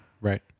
Right